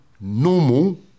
normal